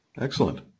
Excellent